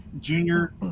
junior